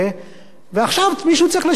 ועכשיו מישהו צריך לשלם את החשבון,